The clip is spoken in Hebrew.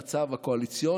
לא בגלל המצב הקואליציוני,